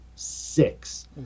six